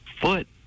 foot